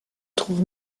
trouve